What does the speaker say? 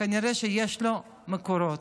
כנראה שיש לו מקורות.